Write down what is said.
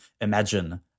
imagine